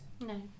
No